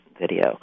video